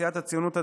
סיעת הציונות הדתית,